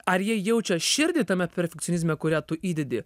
ar jie jaučia širdį tame perfekcionizme kurią tu įdedi